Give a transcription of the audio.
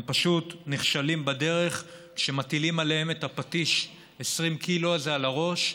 הם פשוט נכשלים בדרך כשמטילים עליהם את הפטיש 20 קילו הזה על הראש,